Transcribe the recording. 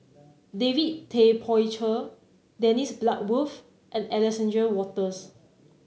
David Tay Poey Cher Dennis Bloodworth and Alexander Wolters